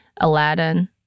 Aladdin